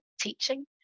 teaching